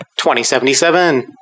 2077